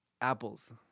Apples